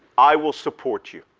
i will support you.